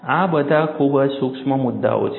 આ બધા ખૂબ જ સૂક્ષ્મ મુદ્દાઓ છે